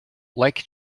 like